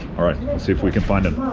right, let's see if we can find them